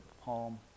home